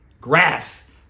grass